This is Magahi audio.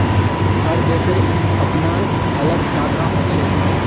हर देशेर अपनार अलग टाका हछेक